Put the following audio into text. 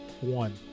one